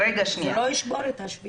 זה לא ישבור את השביתה.